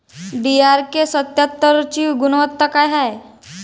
DRK सत्यात्तरची गुनवत्ता काय हाय?